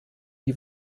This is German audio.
die